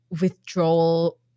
withdrawal